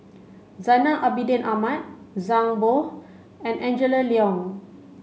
Zainal Abidin Ahmad Zhang Bohe and Angela Liong